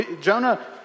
Jonah